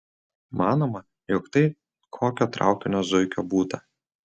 manoma jog tai kokio traukinio zuikio būta